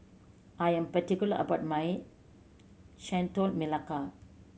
I am particular about my Chendol Melaka